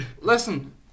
Listen